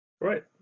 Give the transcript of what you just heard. Right